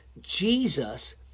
Jesus